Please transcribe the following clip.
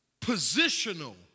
positional